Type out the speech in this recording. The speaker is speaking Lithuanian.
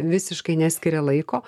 visiškai neskiria laiko